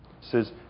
says